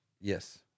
Yes